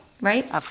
right